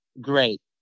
great